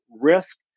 risk